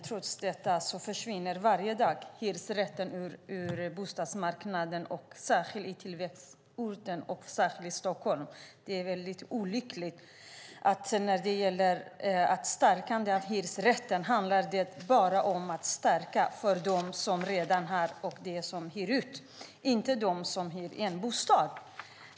Trots detta försvinner varje dag hyresrätter från bostadsmarknaden, särskilt på tillväxtorter och speciellt i Stockholm. Det är väldigt olyckligt att när det gäller att stärka hyresrätten handlar det bara om att stärka för dem som redan har och för dem som hyr ut, inte för dem som hyr en bostad.